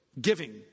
giving